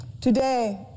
Today